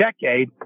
decade